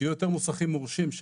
שיהיו יותר מוסכים מורשים.